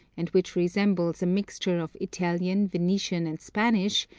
and which resembles a mixture of italian, venetian, and spanish,